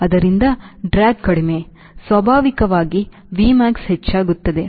ಆದ್ದರಿಂದ ಡ್ರ್ಯಾಗ್ ಕಡಿಮೆ ಸ್ವಾಭಾವಿಕವಾಗಿ Vmax ಹೆಚ್ಚಾಗುತ್ತದೆ